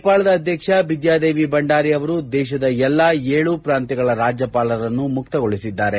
ನೇಪಾಳದ ಅಧ್ಯಕ್ಷ ಬಿದ್ಯಾದೇವಿ ಭಂಡಾರಿ ಅವರು ದೇಶದ ಎಲ್ಲ ಏಳೂ ಪ್ರಾಂತ್ಯಗಳ ರಾಜ್ಯಪಾಲರನ್ನು ಮುಕ್ತಗೊಳಿಸಿದ್ದಾರೆ